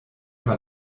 war